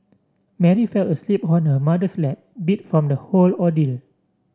Mary fell asleep on her mother's lap beat from the whole ordeal